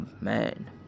man